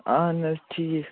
اَہَن حظ ٹھیٖک